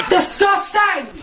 Disgusting